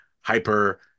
hyper